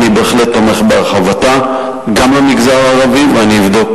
אני בהחלט תומך בהרחבתה גם למגזר הערבי ואני אבדוק